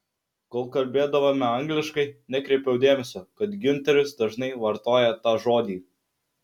kol kalbėdavome angliškai nekreipiau dėmesio kad giunteris dažnai vartoja tą žodį